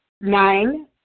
Nine